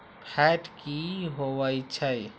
Fat की होवछै?